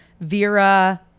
Vera